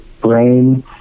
brain